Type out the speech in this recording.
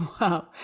Wow